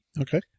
Okay